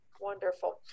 Wonderful